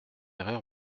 erreur